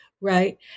right